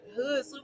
hood